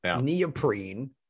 neoprene